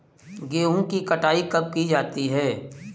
गेहूँ की कटाई कब की जाती है?